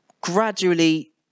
gradually